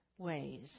ways